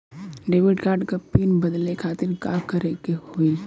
Debit card क PIN बदले खातिर का करेके होई?